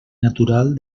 natural